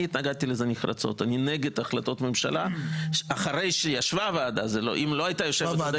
אני התנגדתי לזה נחרצות, כי ישבה ועדה במשך שנה